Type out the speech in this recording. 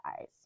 eyes